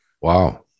Wow